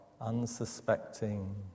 unsuspecting